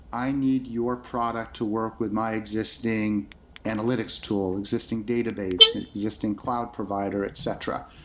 i need your product to work with my existing analytics tool, existing databases, existing cloud provider, etc.